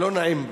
לא נעים.